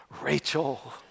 Rachel